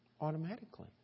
Automatically